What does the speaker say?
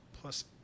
plus